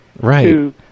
Right